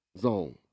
zone